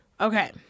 Okay